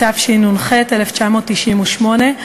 התשנ"ח 1998,